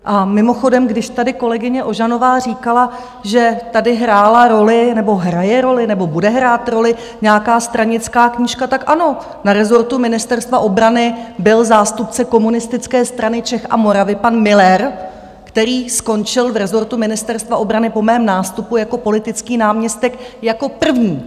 A mimochodem, když tady kolegyně Ožanová říkala, že tady hrála roli, nebo hraje roli, nebo bude hrát roli nějaká stranická knížka, tak ano, na rezortu Ministerstva obrany byl zástupce Komunistické strany Čech a Moravy pan Müller, který skončil v rezortu Ministerstva obrany po mém nástupu jako politický náměstek jako první.